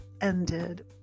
ended